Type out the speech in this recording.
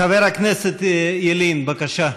חבר הכנסת ילין, בבקשה.